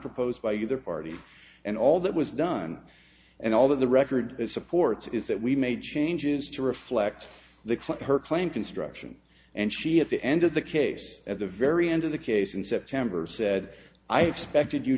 proposed by either party and all that was done and all of the record supports is that we made changes to reflect the her claim construction and she at the end of the case at the very end of the case in september said i expected you